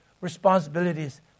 responsibilities